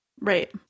Right